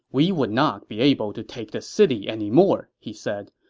we would not be able to take the city anymore, he said.